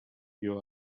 you